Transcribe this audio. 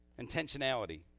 Intentionality